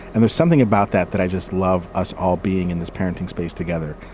and there's something about that that i just love us all being in this parenting space together.